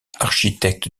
architecte